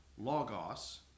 Logos